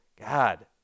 God